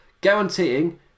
guaranteeing